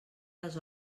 les